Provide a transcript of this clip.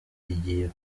igiye